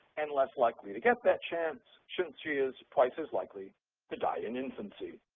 and less likely to get that chance since she is twice as likely to die in infancy.